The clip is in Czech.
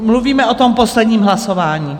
Mluvíme o tom posledním hlasování?